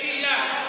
תודה רבה.